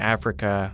Africa